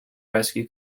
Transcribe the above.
rescue